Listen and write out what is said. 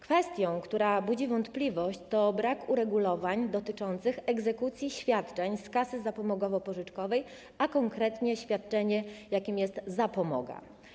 Kwestią, która budzi wątpliwość, jest brak uregulowań dotyczących egzekucji świadczeń z kasy zapomogowo-pożyczkowej, a konkretnie świadczenia, jakim jest zapomoga.